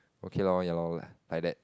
okay loh ya loh like that